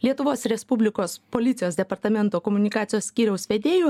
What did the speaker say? lietuvos respublikos policijos departamento komunikacijos skyriaus vedėju